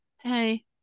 hey